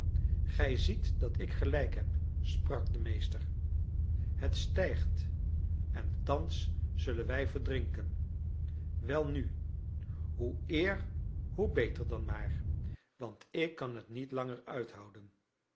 gij ziet dat ik gelijk heb sprak de meester het stijgt en thans zullen wij verdrinken welnu hoe eer hoe beter dan maar want ik kan het niet langer uithouden